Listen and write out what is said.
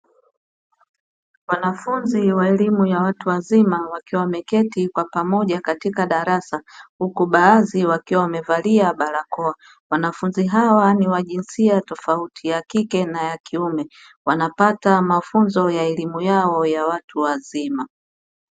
Wanafunzi wa elimu ya watu wazima wakiwa wameketi kwa pamoja katika darasa, huku baadhi wakiwa wamevalia barakoa. Wanafunzi hawa ni wa jinsia tofauti (ya kike na ya kiume), wanapata mafunzo ya elimu yao ya watu wazima.